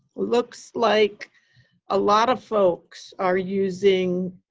looks like a lot of folks are using